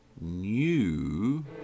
new